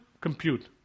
compute